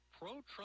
pro-Trump